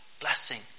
blessing